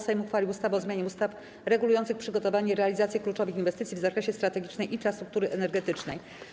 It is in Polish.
Sejm uchwalił ustawę o zmianie ustaw regulujących przygotowanie i realizację kluczowych inwestycji w zakresie strategicznej infrastruktury energetycznej.